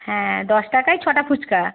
হ্যাঁ দশ টাকায় ছটা ফুচকা